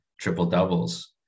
triple-doubles